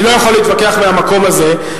אני לא יכול להתווכח מהמקום הזה,